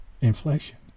inflation